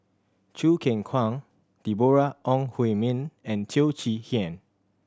Choo Keng Kwang Deborah Ong Hui Min and Teo Chee Hean